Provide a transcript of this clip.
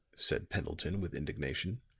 said pendleton with indignation.